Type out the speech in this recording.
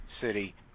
City